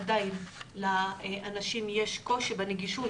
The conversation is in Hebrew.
עדיין לאנשים יש קושי בנגישות,